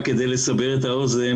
רק כדי לסבר את האוזן,